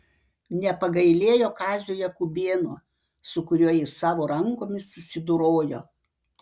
nepagailėjo kazio jakubėno su kuriuo jis savo rankomis susidorojo